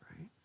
right